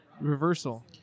reversal